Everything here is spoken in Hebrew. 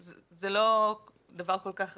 זה לא דבר כל כך רגיל.